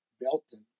belton